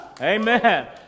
Amen